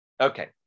Okay